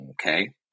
okay